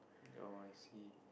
oh I see